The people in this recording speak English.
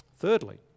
Thirdly